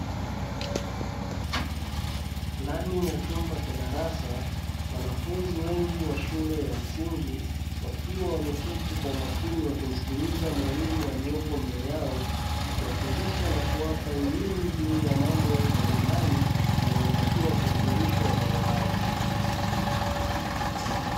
Ndani ya chumba cha darasa, wanafunzi wengi wa shule ya msingi, wakiwa wameketi kwa umakini wakimsikiliza mwalimu aliyopo mbele yao, akiwafundisha na kuwapa elimu juu ya mambo mbalimbali wanayotakiwa kufundishwa watoto hao.